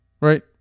Right